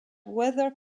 weather